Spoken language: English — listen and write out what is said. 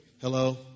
hello